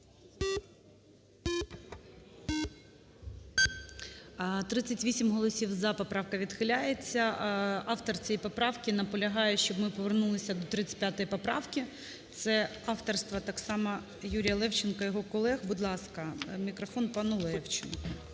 38 голосів "за", поправка відхиляється. Автор цієї поправки наполягає, щоб ми повернулися до 35 поправки, це авторство так само Юрія Левченка і його колег. Будь ласка, мікрофон пану Левченку.